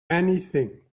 anything